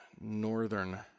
Northern